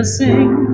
sing